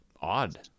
odd